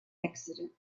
accident